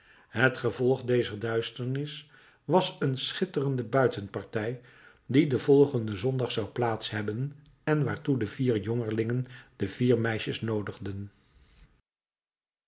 het gevolg dezer duisternis was een schitterende buitenpartij die den volgenden zondag zou plaats hebben en waartoe de vier jongelingen de vier meisjes